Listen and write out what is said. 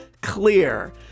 clear